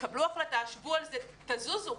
קבלו החלטה, שבו על זה, תזוזו.